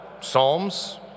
Psalms